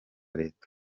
leta